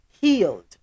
healed